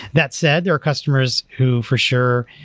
that said, there are customers who, for sure,